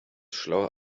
schlauer